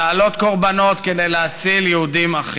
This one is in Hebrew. להעלות קורבנות כדי להציל אחים יהודים".